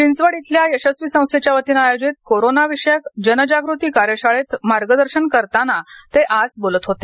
चिंचवड इथल्या यशस्वी संस्थेच्या वतीने आयोजित कोरोनाविषयक जनजागृती कार्यशाळेत मार्गदर्शन करताना ते आज बोलत होते